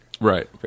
Right